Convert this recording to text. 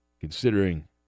considering